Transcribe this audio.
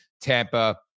Tampa